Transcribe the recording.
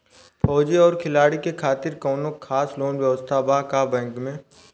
फौजी और खिलाड़ी के खातिर कौनो खास लोन व्यवस्था बा का बैंक में?